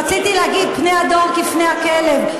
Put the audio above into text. רציתי להגיד "פני הדור כפני הכלב",